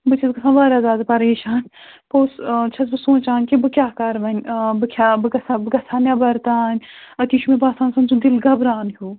بہٕ چھَس گژھان واریاہ زیادٕ پریشان کُس آ چھَس بہٕ سونٛچان کہِ بہٕ کیٛاہ کَرٕ وۅنۍ بہٕ کھیٛاہ بہٕ گژھٕ ہا بہٕ گژھٕ ہا نٮ۪بَر تانۍ أتی چھُ مےٚ باسان سُنٛد سُہ دِل گابران ہیٛوٗ